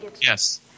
yes